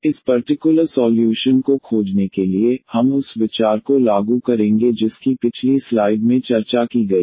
तो इस particular solution को खोजने के लिए हम उस विचार को लागू करेंगे जिसकी पिछली स्लाइड में चर्चा की गई है